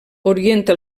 orienta